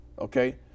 Okay